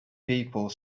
people